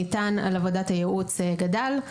שניתן על עבודת הייעוץ גדל,